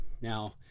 Now